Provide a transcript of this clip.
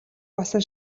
болсон